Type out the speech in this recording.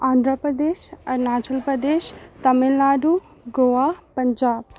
Andhra Pradesh Arunachal Pradesh Tamil Nadu Goa Punjab